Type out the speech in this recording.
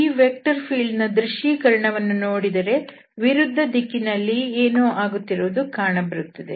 ಈ vector field ನ ದೃಶ್ಯೀಕರಣವನ್ನು ನೋಡಿದರೆ ವಿರುದ್ಧ ದಿಕ್ಕಿನಲ್ಲಿ ಏನೋ ಆಗುತ್ತಿರುವುದು ಕಾಣಬರುತ್ತದೆ